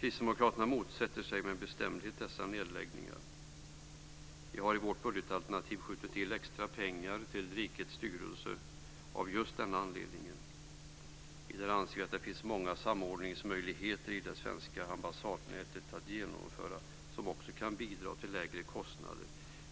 Kristdemokraterna motsätter sig med bestämdhet dessa nedläggningar. Vi har i vårt budgetalternativ skjutit till extra pengar till utgiftsområdet Rikets styrelse av just den anledningen. Vidare anser vi att det finns många samordningsmöjligheter i det svenska ambassadnätet att genomföra som också kan bidra till lägre kostnader